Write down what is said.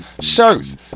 shirts